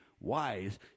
wise